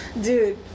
Dude